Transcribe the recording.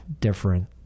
different